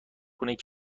کنید